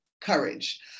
Courage